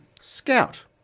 scout